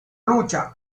lucha